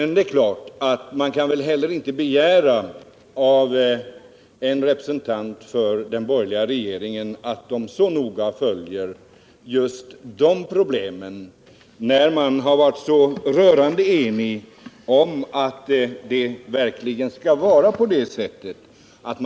Naturligtvis är det väl inte att begära av en representant för den borgerliga regeringen att han så noga skulle följa just de här problemen. Man har ju varit så rörande enig om att det verkligen skall vara på det här sättet.